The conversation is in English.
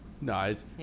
Nice